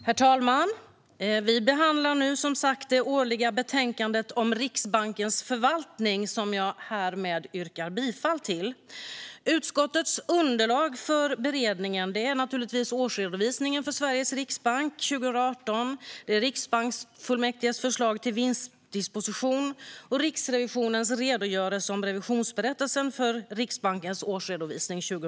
Herr talman! Vi behandlar nu det årliga betänkandet om Riksbankens förvaltning. Jag yrkar härmed bifall till utskottets förslag. Utskottets underlag för beredningen är naturligtvis årsredovisningen för Sveriges riksbank 2018. Det är också riksbanksfullmäktiges förslag till vinstdisposition och Riksrevisionens redogörelse om revisionsberättelsen över Riksbankens årsredovisning 2018.